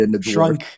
shrunk